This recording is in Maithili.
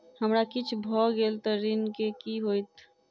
हमरा किछ भऽ गेल तऽ ऋण केँ की होइत?